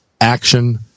action